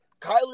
Kyler